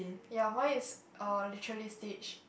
ya mine is uh literally stitched